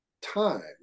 time